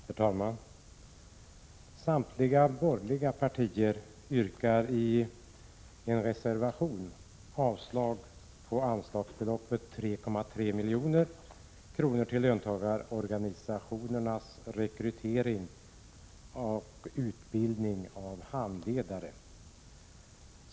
Herr talman! Samtliga borgerliga partier yrkar i en reservation avslag på förslaget om anslag med 3,3 milj.kr. till löntagarorganisationernas rekrytering och utbildning av handledare.